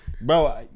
Bro